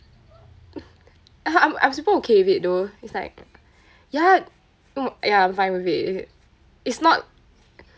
I'm I'm super okay with it though it's like ya ya I'm fine with it it's not